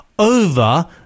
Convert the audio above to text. Over